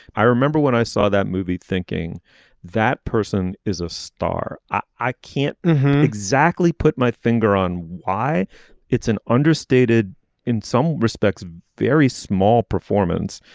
i remember when i saw that movie thinking that person is a star. i i can't exactly put my finger on why it's an understated in some respects very small performance.